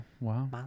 Wow